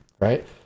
right